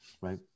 Right